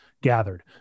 gathered